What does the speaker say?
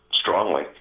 strongly